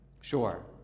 Sure